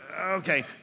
Okay